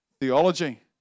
theology